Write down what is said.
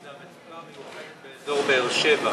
וזה המצוקה המיוחדת באזור באר-שבע.